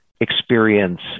experience